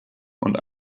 und